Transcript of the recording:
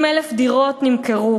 30,000 דירות נמכרו.